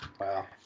Wow